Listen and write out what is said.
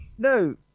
No